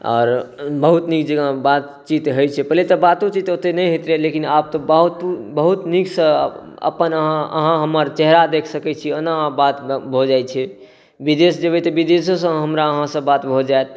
आओर बहुत नीक जेकाँ बातचीत होइ छै पहिने तऽ बातो चीत ओतय नहि होइत रहै आब बात बहुत नीकसँ अपन अहाँ हमर चेहरा देख सकै छी ओना बात भऽ जाइ छै विदेश जेबै तऽ विदेशोसँ हमरा अहाँसँ बात भऽ जायत